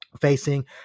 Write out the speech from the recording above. facing